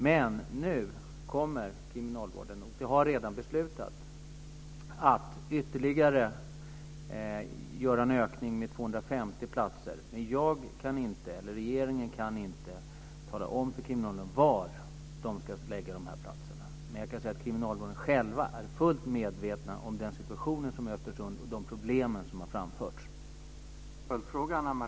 Men nu har kriminalvården redan beslutat att göra en ytterligare utökning med 250 platser. Regeringen kan inte tala om för kriminalvården var dessa platser ska förläggas. Men inom kriminalvården är man själv fullt medveten om den situation som råder i Östersund och de problem som finns där.